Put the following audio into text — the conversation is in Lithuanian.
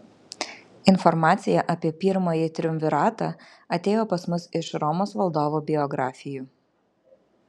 informacija apie pirmąjį triumviratą atėjo pas mus iš romos valdovų biografijų